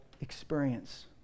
experience